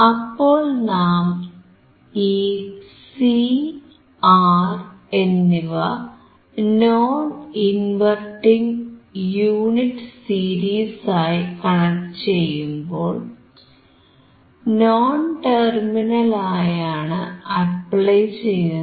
അപ്പോൾ നാം ഈ C R എന്നിവ നോൺ ഇൻവെർട്ടിംഗ് യൂണിറ്റിൽ സീരീസ് ആയി കണക്ട് ചെയ്യുമ്പോൾ നോൺ ടെർമിനൽ ആയാണ് അപ്ലൈ ചെയ്യുന്നത്